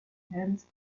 hands